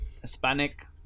Hispanic